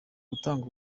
gutanga